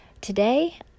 Today